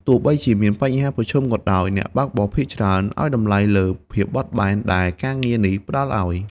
ទោះបីជាមានបញ្ហាប្រឈមក៏ដោយ អ្នកបើកបរភាគច្រើនឱ្យតម្លៃលើភាពបត់បែនដែលការងារនេះផ្តល់ឱ្យ។